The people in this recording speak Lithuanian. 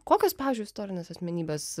kokios pavyzdžiui istorinės asmenybės